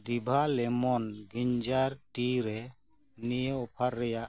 ᱰᱤᱵᱷᱟ lemon ginger tea ᱨᱮ ᱱᱤᱭᱟᱹ offer ᱮᱭᱟᱜ ᱥᱚᱨᱛᱚ ᱠᱚᱫᱚ ᱪᱮᱫ